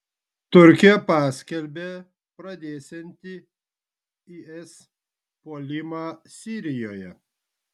turkija paskelbė pradėsianti is puolimą sirijoje